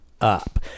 up